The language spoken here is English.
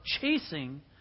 chasing